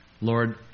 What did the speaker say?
Lord